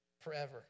forever